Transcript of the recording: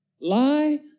Lie